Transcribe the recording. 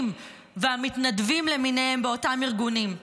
והמתנדבים למיניהם באותם ארגונים: